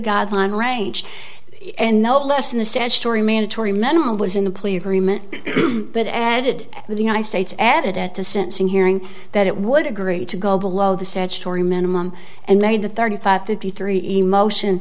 guideline range and no less than the statutory mandatory minimum was in the plea agreement but added the united states added at the sentencing hearing that it would agree to go below the statutory minimum and made the thirty five fifty three emotion